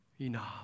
enough